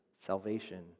salvation